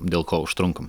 dėl ko užtrunkam